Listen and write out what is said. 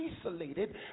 isolated